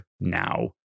now